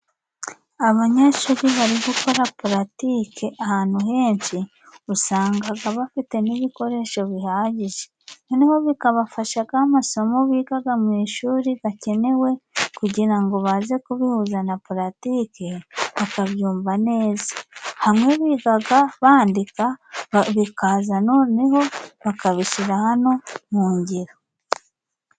Abanyeshuri bari gukora paratike, ahantu henshi usangaga bafite n'ibikoresho bihagije, noneho bikabafasha nk' amasomo bigaga mu ishuri gakenewe kugira ngo baze kubihuza na paratike bakabyumva neza. Hamwe bigaga bandika bikaza noneho bakabishyira hano mu ngiro.